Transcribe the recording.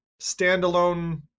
standalone